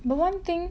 but one thing